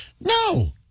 no